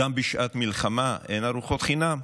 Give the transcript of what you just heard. גם בשעת מלחמה אין ארוחות חינם.